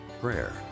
prayer